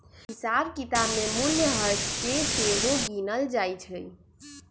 हिसाब किताब में मूल्यह्रास के सेहो गिनल जाइ छइ